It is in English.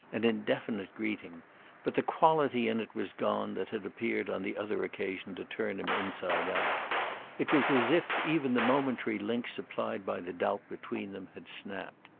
an indefinite greeting but the quality in it was gone that had appeared on the other occasion to turn him inside out it was as if even the momentary link supplied by the doubt between them had snapped.